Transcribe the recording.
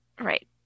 Right